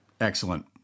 Excellent